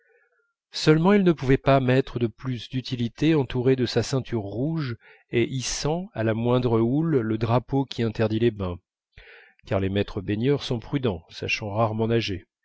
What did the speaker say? seulement elle ne pouvait pas m'être de plus d'utilité entourée de sa ceinture rouge et hissant à la moindre houle le drapeau qui interdit les bains car les maîtres baigneurs sont prudents sachant rarement nager